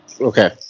Okay